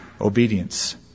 obedience